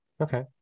Okay